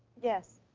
yes.